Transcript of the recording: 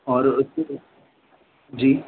और जी